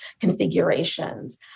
configurations